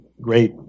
great